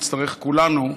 נצטרך כולנו,